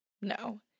No